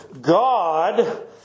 God